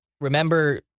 remember